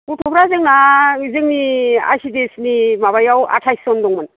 गथ'फोरा जोंना बे जोंनि आइ सि दि एस नि माबायाव आथायस ज'न दंमोन